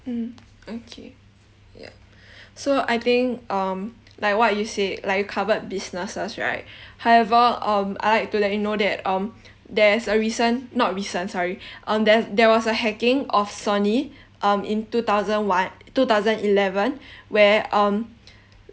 mm okay yup so I think um like what you said like you covered businesses right however um I'd like to let you know that um there is a recent not recent sorry um there there was a hacking of sony um in two thousand one two thousand eleven where um